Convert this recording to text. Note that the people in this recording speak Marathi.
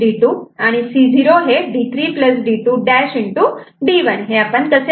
C1 D3 D2 C0 D3 D2'